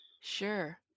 sure